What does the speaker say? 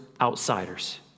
outsiders